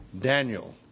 Daniel